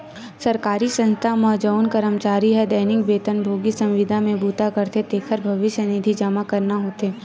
सरकारी संस्था म जउन करमचारी ह दैनिक बेतन भोगी, संविदा म बूता करथे तेखर भविस्य निधि जमा करना होथे